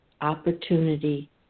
opportunity